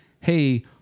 hey